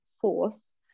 force